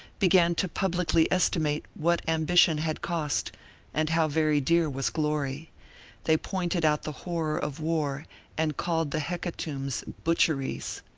began to publicly estimate what ambition had cost and how very dear was glory they pointed out the horror of war and called the hecatombs butcheries.